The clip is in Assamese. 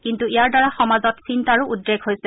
কিন্তু ইয়াৰ দ্বাৰা সমাজত চিন্তাৰো উদ্ৰেক হৈছে